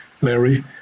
Larry